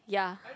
yeah